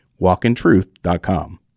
walkintruth.com